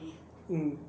mm